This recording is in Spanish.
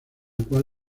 cual